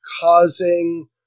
causing